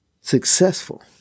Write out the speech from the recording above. successful